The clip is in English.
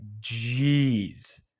jeez